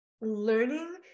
learning